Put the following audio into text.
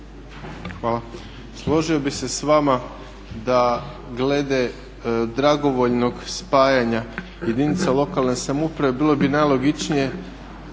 Hvala. Složio bi se s vama da glede dragovoljnog spajanja jedinica lokalne samouprave bilo bi najlogičnije